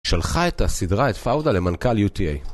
שלחה את הסדרה, את פאודה, למנכ"ל UTA